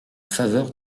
faveur